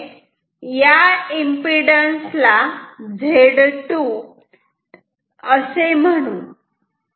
इथे या एम्पिडन्स ला z2 असे म्हणू